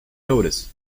notice